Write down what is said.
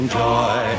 joy